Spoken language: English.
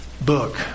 book